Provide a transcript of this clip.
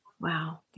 Wow